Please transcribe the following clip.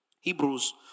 Hebrews